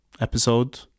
episode